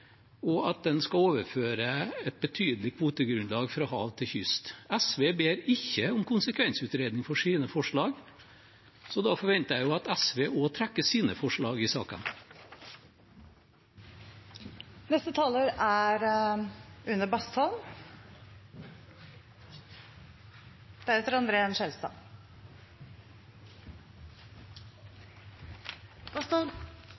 og at en skal overføre et betydelig kvotegrunnlag fra hav til kyst. SV ber ikke om konsekvensutredning av sine forslag, så da forventer jeg at SV trekker sine forslag i saken. Neste taler er Une Bastholm.